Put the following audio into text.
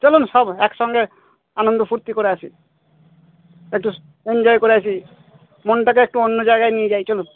চলুন সব একসঙ্গে আনন্দ ফুর্তি করে আসি একটু এনজয় করে আসি মনটাকে একটু অন্য জায়গায় নিয়ে যাই চলুন